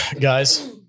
Guys